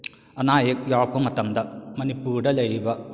ꯑꯅꯥ ꯑꯌꯦꯛ ꯌꯥꯎꯔꯛꯄ ꯃꯇꯝꯗ ꯃꯅꯤꯄꯨꯔꯗ ꯂꯩꯔꯤꯕ